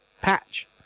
patch